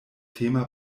thema